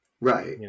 Right